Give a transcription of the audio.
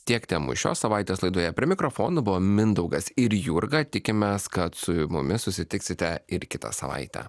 tiek temų šios savaitės laidoje prie mikrofonų buvo mindaugas ir jurga tikimės kad su mumis susitiksite ir kitą savaitę